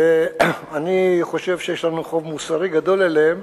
ואני חושב שיש לנו חוב מוסרי גדול אליהם,